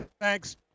Thanks